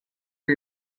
for